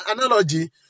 analogy